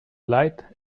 light